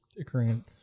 occurring